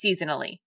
seasonally